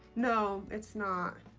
no, it's not.